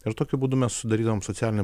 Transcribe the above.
ir tokiu būdu mes sudarydavom socialinį